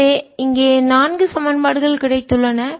எனவே இங்கே நான்கு சமன்பாடுகள் கிடைத்துள்ளன